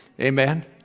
Amen